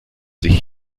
sich